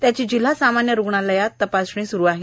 त्याची जिल्हा सामान्य रुग्णालयात तपासणी सुरू आहे